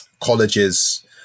colleges